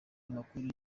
amakuru